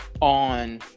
on